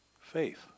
Faith